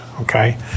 Okay